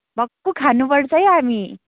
भक्कु खानपर्छ है हामी